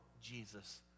Jesus